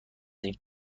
این